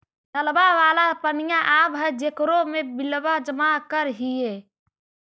नलवा वाला पनिया आव है जेकरो मे बिलवा जमा करहिऐ?